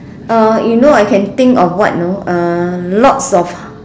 uh you know I can think of what you know uh lots of